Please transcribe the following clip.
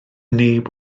neb